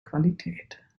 qualität